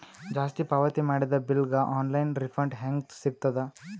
ಜಾಸ್ತಿ ಪಾವತಿ ಮಾಡಿದ ಬಿಲ್ ಗ ಆನ್ ಲೈನ್ ರಿಫಂಡ ಹೇಂಗ ಸಿಗತದ?